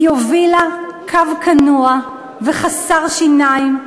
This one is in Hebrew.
היא הובילה קו כנוע וחסר שיניים,